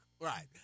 right